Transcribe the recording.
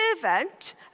servant